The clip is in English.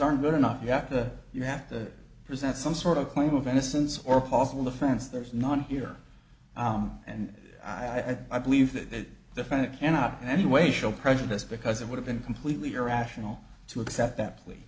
aren't good enough you have to you have to present some sort of claim of innocence or possible defense there's none here and i believe that the find it and not in any way show prejudice because it would have been completely irrational to accept that please